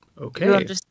okay